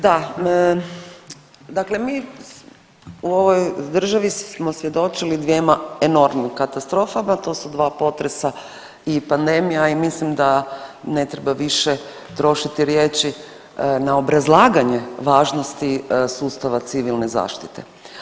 Da, dakle mi u ovoj državi smo svjedočili dvjema enormnim katastrofama, to su 2 potresa i pandemija i mislim da ne treba više trošiti riječi na obrazlaganje važnosti sustava civilne zaštite.